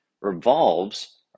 revolves